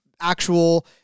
actual